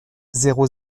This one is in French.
zéro